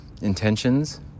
intentions